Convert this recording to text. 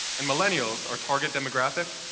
and millennials, our target demographic,